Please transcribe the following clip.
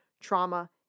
trauma